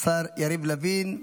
השר יריב לוין.